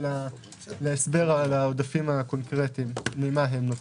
להסבר על העודפים הקונקרטיים וממה הם נוצרו.